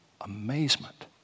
amazement